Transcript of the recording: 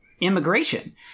immigration